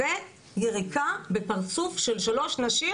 זה יריקה בפרצוף של שלוש נשים,